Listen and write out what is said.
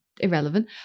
irrelevant